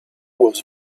was